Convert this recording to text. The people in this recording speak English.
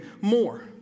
more